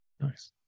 Nice